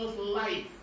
life